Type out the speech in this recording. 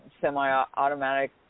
semi-automatic